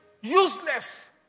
useless